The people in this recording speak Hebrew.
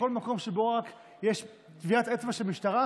בכל מקום שבו רק יש טביעת אצבע של משטרה,